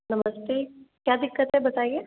नमस्ते क्या दिक्कत है बताइए